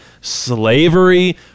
slavery